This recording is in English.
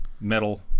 metal